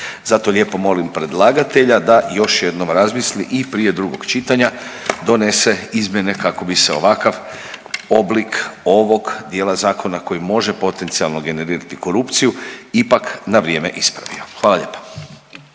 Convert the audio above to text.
Zato lijepo molim predlagatelja da još jednom razmisli i prije drugog čitanja donese izmjene kako bi se ovakav oblik ovog dijela zakona koji može potencijalno generirati korupciju ipak na vrijeme ispravio, hvala lijepa.